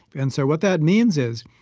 and so what that means is,